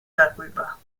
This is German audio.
darüber